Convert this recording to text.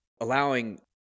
allowing